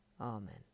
Amen